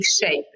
shape